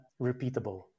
repeatable